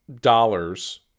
dollars